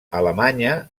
alemanya